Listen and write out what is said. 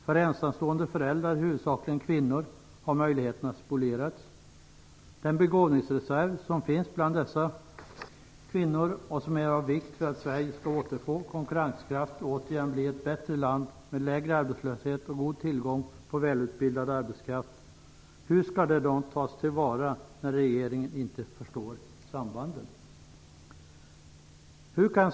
För ensamstående föräldrar, huvudsakligen kvinnor, har möjligheten spolierats. Den begåvningsreserv som finns bland dessa kvinnor och som är av vikt för att Sverige skall återfå konkurrenskraft och återigen bli ett bättre land med lägre arbetslöshet och god tillgång på välutbildad arbetskraft - hur skall den tas till vara när regeringen inte förstår sambanden?